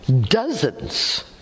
dozens